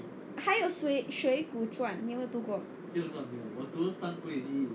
还有水浒传你有没有读过